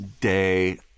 day